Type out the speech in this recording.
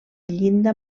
llinda